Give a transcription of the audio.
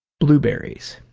blueberries